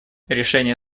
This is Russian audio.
решение